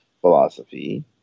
philosophy